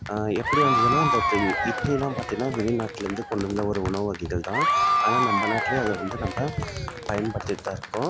எப்படி வந்ததுன்னா இந்த இட்லிலாம் பார்த்திங்கன்னா வெளி நாட்டிலேர்ந்து கொண்டு வந்த ஒரு உணவு வகைகள் தான் ஆனால் நம்ம நாட்டிலயே அதை வந்து நம்ம பயன்படுத்திட்டு தான் இருக்கோம்